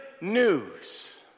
news